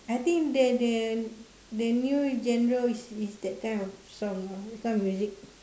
I think their their their new genre is is that kind of song with some music